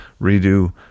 redo